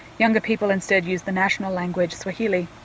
younger people instead use the national language, swahili.